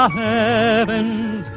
heavens